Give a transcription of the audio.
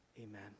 Amen